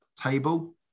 table